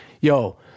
yo